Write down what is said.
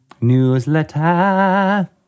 Newsletter